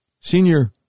senior